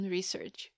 Research